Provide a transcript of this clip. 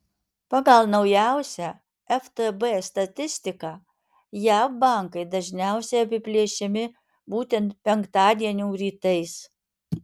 pagal naujausią ftb statistiką jav bankai dažniausiai apiplėšiami būtent penktadienių rytais